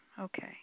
Okay